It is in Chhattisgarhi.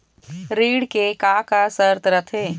ऋण के का का शर्त रथे?